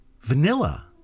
vanilla